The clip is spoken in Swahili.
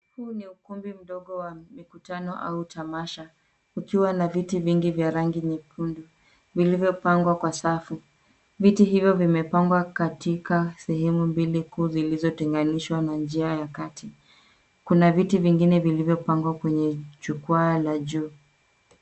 Huu ni ukumbi mdogo wa mikutano au tamasha, ukiwa na viti vingi vya rangi nyekundu vilivyopangwa kwa safu. Viti hivyo vimepangwa katika sehemu mbili kuu zilizoteganishwa na njia ya kati. Kuna viti vingine vilivyopangwa kwenye jukwaa la juu.